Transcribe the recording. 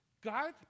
god